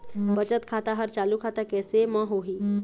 बचत खाता हर चालू खाता कैसे म होही?